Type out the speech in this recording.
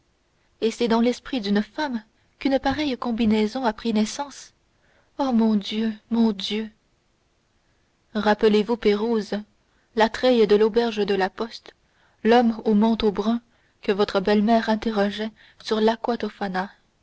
et c'est dans l'esprit d'une femme qu'une pareille combinaison a pris naissance ô mon dieu mon dieu rappelez-vous pérouse la treille de l'auberge de la poste l'homme au manteau brun que votre belle-mère interrogeait sur laqua tofana